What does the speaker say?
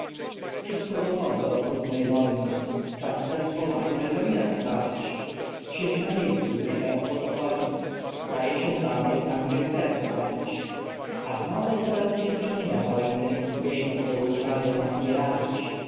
wszystko gotowo do okrutnej wojny czas też z łopaty gryzomira zsadzić siedzi na miejscu już teraz spokojny daje się babie tam gdzie chce prowadzić a w nowe coraz dziękczynienia hojny jej to porucza jak ma sobie radzić